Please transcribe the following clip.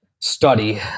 study